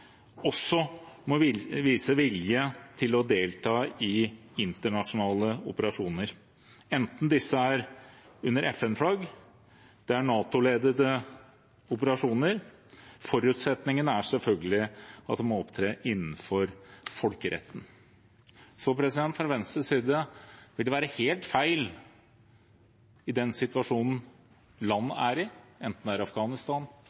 også må vise vilje til å delta i internasjonale operasjoner, enten disse er under FN-flagg, eller det er NATO-ledede operasjoner. Forutsetningen er selvfølgelig at man må opptre innenfor folkeretten. For Venstre vil det være helt feil, i den situasjonen disse landene er i – enten det er Afghanistan